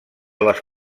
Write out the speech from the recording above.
les